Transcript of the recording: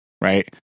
right